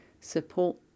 support